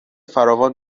فراوان